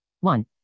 One